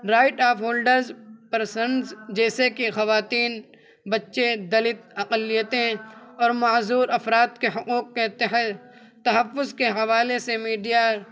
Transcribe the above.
right of holders persons جیسے کہ خواتین بچے دلت اقلیتیں اور معذور افراد کے حقوق کے تحفظ کے حوالے سے میڈیا